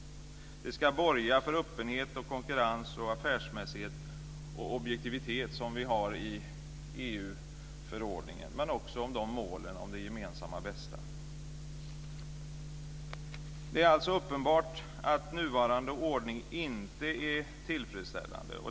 Det ska borga för öppenhet, konkurrens, affärsmässighet och objektivet som det står i EU-förordningen, men också för målen om det gemensamma bästa. Det är alltså uppenbart att nuvarande ordning inte är tillfredsställande.